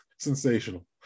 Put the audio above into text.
Sensational